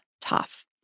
tough